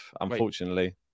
unfortunately